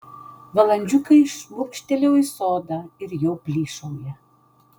valandžiukei šmurkštelėjau į sodą ir jau plyšauja